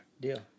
Deal